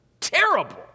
terrible